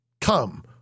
Come